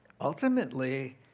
Ultimately